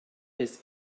des